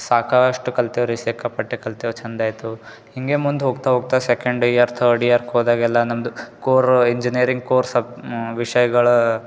ಸಾಕಷ್ಟು ಕಲ್ತೀವಿ ರೀ ಸಿಕ್ಕಾಪಟ್ಟೆ ಕಲ್ತೆವು ಚಂದ ಇತ್ತು ಹಿಂಗೆ ಮುಂದೆ ಹೋಗ್ತಾ ಹೋಗ್ತಾ ಸೆಕೆಂಡ್ ಇಯರ್ ತರ್ಡ್ ಇಯರ್ಗೆ ಹೋದಾಗೆಲ್ಲ ನಮ್ಮದು ಕೊರೊ ಇಂಜಿನಿಯರಿಂಗ್ ಕೋರ್ಸ್ ವಿಷಯಗಳ